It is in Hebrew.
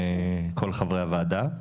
לכל חברי הוועדה.